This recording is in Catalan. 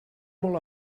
molt